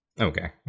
Okay